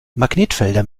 magnetfelder